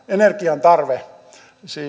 energian tarve